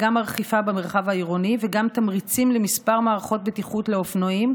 גם אכיפה במרחב העירוני וגם תמריצים לכמה מערכות בטיחות לאופנועים,